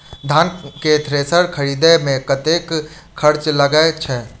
धान केँ थ्रेसर खरीदे मे कतेक खर्च लगय छैय?